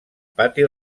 pati